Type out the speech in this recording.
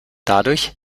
dadurch